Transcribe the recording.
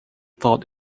thought